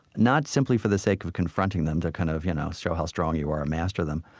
not simply for the sake of confronting them, to kind of you know show how strong you are, master them,